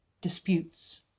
disputes